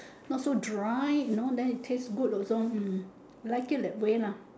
not so dry you know then it taste good also hmm like it that way lah